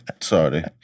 Sorry